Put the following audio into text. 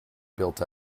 built